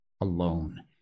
alone